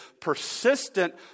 persistent